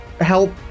help